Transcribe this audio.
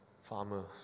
farmer